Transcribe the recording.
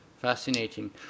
Fascinating